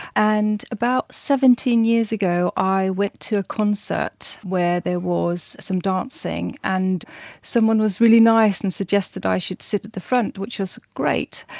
and about seventeen years ago i went to a concert where there was some dancing and someone was really nice and suggested i should sit at the front which was great,